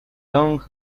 long